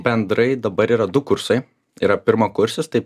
bendrai dabar yra du kursai yra pirmakursis tai